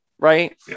right